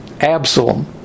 Absalom